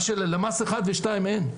מה שללמ"ס אחד ושתיים אין.